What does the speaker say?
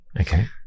Okay